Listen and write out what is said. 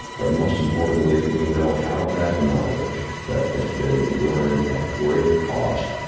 but most importantly, we know how that knowledge that has been learned at great cost,